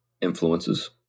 influences